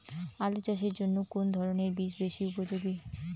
আলু চাষের জন্য কোন ধরণের বীজ বেশি উপযোগী?